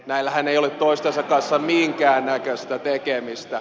näillähän ei ole toistensa kanssa minkäännäköistä tekemistä